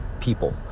people